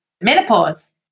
menopause